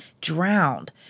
drowned